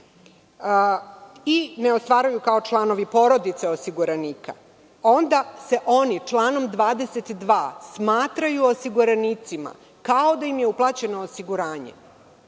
i ne ostvaruju kao članovi porodice osiguranika, onda se oni članom 22. smatraju osiguranicima, kao da im je uplaćeno osiguranje,